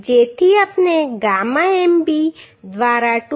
જેથી આપણે gamma MB દ્વારા 2